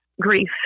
grief